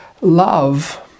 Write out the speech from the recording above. love